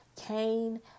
Cain